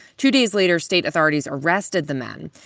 two days later, state authorities arrested the men.